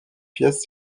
pièces